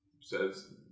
says